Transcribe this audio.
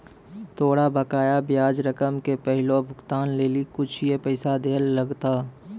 तोरा बकाया ब्याज रकम के पहिलो भुगतान लेली कुछुए पैसा दैयल लगथा